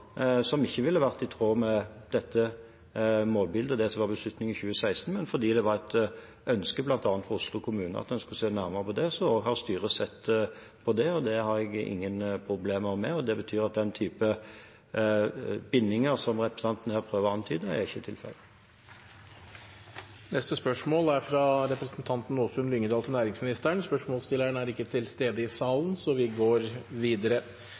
som ikke ville ha vært i tråd med dette målbildet – det som var beslutningen i 2016. Men fordi det var et ønske fra bl.a. Oslo kommune om at en skulle se nærmere på det, har styret sett på det. Det har jeg ingen problemer med, og det betyr at den typen bindinger som representanten her prøver å antyde, ikke er tilfellet. Neste spørsmål er fra representanten Åsunn Lyngedal til næringsministeren. Spørsmålsstilleren er ikke til stede i salen, så vi går videre